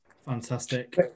Fantastic